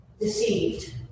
Deceived